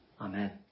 Amen